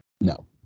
No